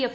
F